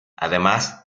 además